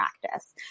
practice